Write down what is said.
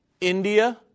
India